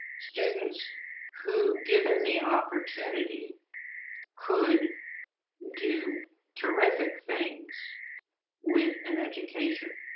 students who given the opportunity could do terrific things with an education,